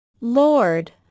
Lord